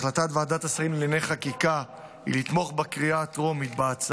החלטת ועדת השרים לענייני חקיקה היא לתמוך בהצעה בקריאה הטרומית.